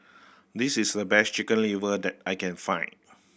this is the best Chicken Liver that I can find